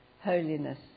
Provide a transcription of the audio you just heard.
holiness